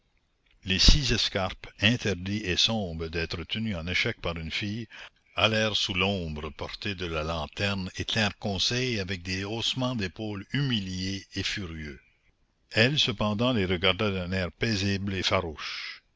les six escarpes interdits et sombres d'être tenus en échec par une fille allèrent sous l'ombre portée de la lanterne et tinrent conseil avec des haussements d'épaule humiliés et furieux elle cependant les regardait d'un air paisible et farouche